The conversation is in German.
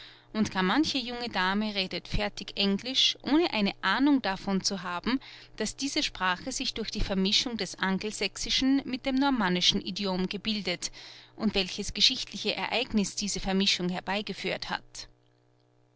und gar manche junge dame redet fertig englisch ohne eine ahnung davon zu haben daß diese sprache sich durch die vermischung des angelsächsischen mit dem normannischen idiom gebildet und welches geschichtliche ereigniß diese vermischung herbeigeführt hat